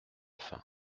faim